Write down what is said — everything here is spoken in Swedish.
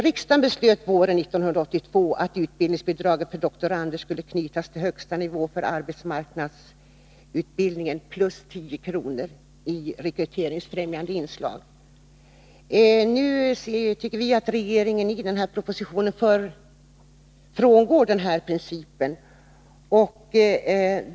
Riksdagen beslöt våren 1982 att utbildningsbidraget för doktorander skulle knytas till högsta nivå för arbetsmarknadsutbildning plus 10 kr. per dag som rekryteringsfrämjande inslag. Nu tycker vi att regeringen i propositionen frångår den principen.